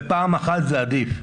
בפעם אחת זה עדיף,